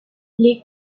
les